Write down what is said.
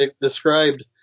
described